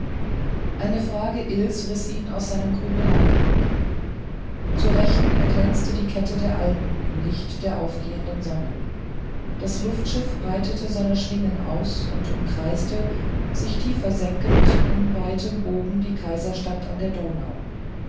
eine frage ills riß ihn aus seinen grübeleien zur rechten erglänzte die kette der alpen im licht der aufgehenden sonne das luftschiff breitete seine schwingen aus und umkreiste sich tiefer senkend in weitem bogen die kaiserstadt an der donau